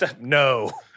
No